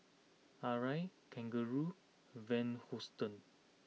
Arai Kangaroo Van Houten